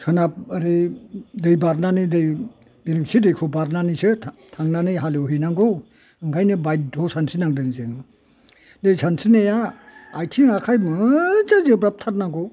सोनाब ओरै दै बारनानै दै बेरेंसि दैखौ बारनानैसो थांनानै हालौहैनांगौ ओंखायनो बायदध' सानस्रि नांदों जों दै सानस्रिनाया आथिं आखाय मोजां जोब्राब थारनांगौ